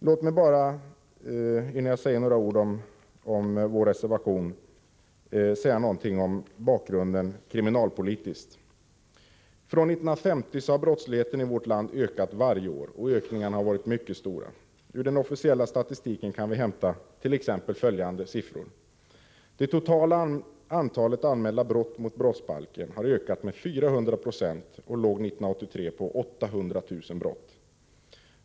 Låt mig bara innan jag kommenterar vår reservation säga något om bakgrunden kriminalpolitiskt. Från 1950 har brottsligheten i vårt land ökat för varje år. Ökningarna har varit mycket stora. Ur den officiella statistiken kan vi hämta t.ex. följande siffror. Det totala antalet anmälda brott mot brottsbalken har ökat med 400 20 och låg 1983 på 800 000 brott.